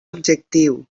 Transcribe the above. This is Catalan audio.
objectiu